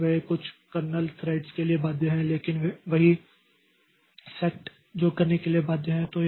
तो वे कुछ कर्नेल थ्रेड्स के लिए बाध्य हैं लेकिन वही सेट जो करने के लिए बाध्य है